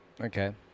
Okay